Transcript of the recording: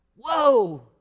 Whoa